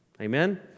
Amen